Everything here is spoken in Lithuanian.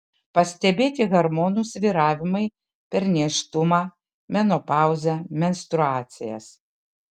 pastebėti hormonų svyravimai per nėštumą menopauzę menstruacijas